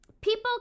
People